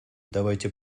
давайте